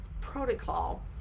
protocol